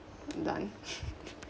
I'm done